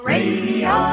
Radio